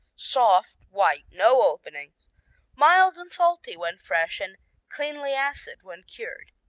soft white no openings mild and salty when fresh and cleanly acid when cured.